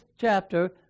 chapter